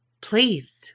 Please